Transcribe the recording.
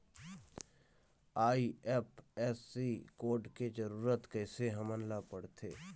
IFSC code के जरूरत कैसे हमन ला पड़थे?